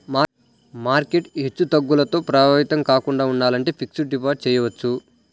market హెచ్చుతగ్గులతో ప్రభావితం కాకుండా ఉండాలంటే ఫిక్స్డ్ డిపాజిట్ చెయ్యొచ్చు